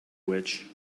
which